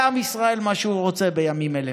עם ישראל, זה מה שהוא רוצה בימים אלה.